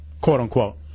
quote-unquote